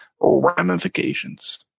Ramifications